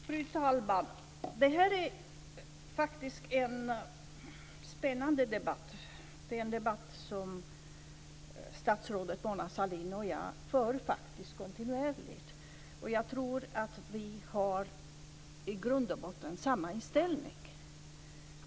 Fru talman! Det här är en spännande debatt som statsrådet Mona Sahlin och jag för kontinuerligt. Jag tror att vi i grund och botten har samma inställning.